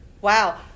wow